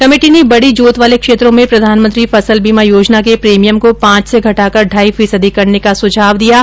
committee ने बड़ी जोत वाले क्षेत्रों में प्रधानमंत्री फसल बीमा योजना के प्रीमियम को पांच से घटाकर ढ़ाई फीसदी करने का सुझाव दिया है